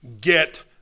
get